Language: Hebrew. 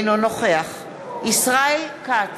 אינו נוכח ישראל כץ,